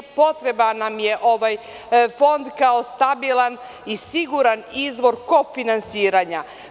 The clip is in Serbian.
Potreban nam je ovaj fond kao stabilan i siguran izvor kofinansiranja.